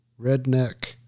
redneck